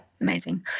amazing